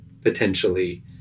potentially